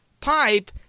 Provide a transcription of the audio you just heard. pipe